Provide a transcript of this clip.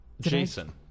Jason